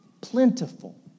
Plentiful